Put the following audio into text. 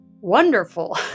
wonderful